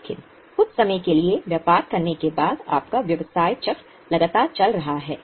लेकिन कुछ समय के लिए व्यापार करने के बाद आपका व्यवसाय चक्र लगातार चल रहा है